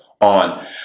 on